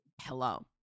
Hello